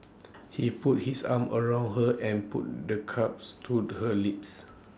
he put his arm around her and put the cups to the her lips